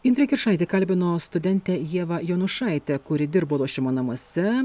indrė kiršaitė kalbino studentę ievą jonušaitę kuri dirbo lošimo namuose